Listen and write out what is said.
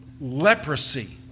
leprosy